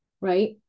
right